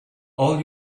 all